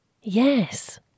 Yes